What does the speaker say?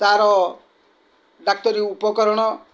ତାର ଡାକ୍ତରୀ ଉପକରଣ